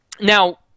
Now